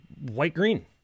white-green